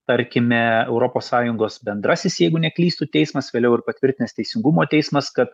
tarkime europos sąjungos bendrasis jeigu neklystu teismas vėliau ir patvirtinęs teisingumo teismas kad